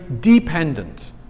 dependent